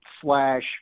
slash